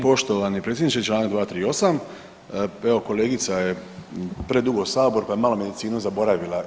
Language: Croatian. Poštovani predsjedniče Članak 238., evo kolegica je predugo u saboru pa je malo medicinu zaboravila.